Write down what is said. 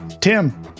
Tim